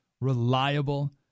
reliable